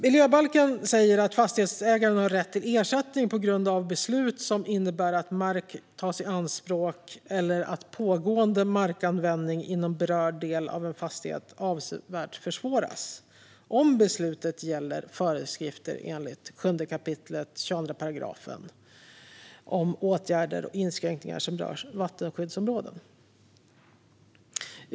Miljöbalken säger att fastighetsägaren har rätt till ersättning på grund av beslut som innebär att mark tas i anspråk eller att pågående markanvändning inom berörd del av en fastighet avsevärt försvåras, om beslutet gäller föreskrifter enligt 7 kap. 22 § om åtgärder och inskränkningar som rör vattenskyddsområden.